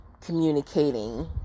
communicating